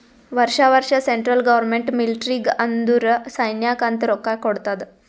ವರ್ಷಾ ವರ್ಷಾ central government ಮಿಲ್ಟ್ರಿಗ್ ಅಂದುರ್ ಸೈನ್ಯಾಕ್ ಅಂತ್ ರೊಕ್ಕಾ ಕೊಡ್ತಾದ್